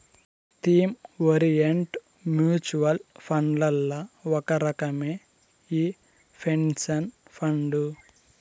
theme orient mutual ఫండ్లల్ల ఒక రకమే ఈ పెన్సన్ ఫండు